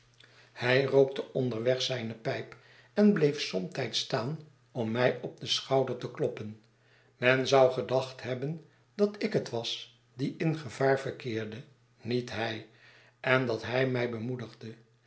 hij roo'kte onderweg zijne pijp en bleef somtijds staan om mij op den schouder te kloppen men zou gedacht hebben dat ik het was die in gevaar verkeerde niet hij en dat hij mij bemoedigde